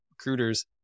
recruiters